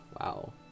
Wow